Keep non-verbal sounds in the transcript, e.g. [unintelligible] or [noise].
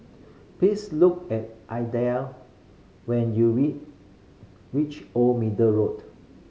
please look at Adlai when you [unintelligible] reach Old Middle Road